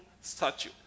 statue